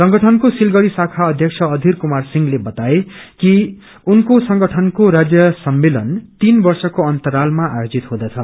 संगठनको सिलगढी शाखा अध्यक्ष अघीर कुमार सिंहले बाताए कि उनको संगठनको राज्य सम्मेलन तीन वर्षको अन्तरातलमा आयोजित हुँदछ